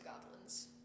goblins